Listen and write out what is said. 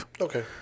Okay